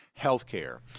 healthcare